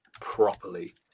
properly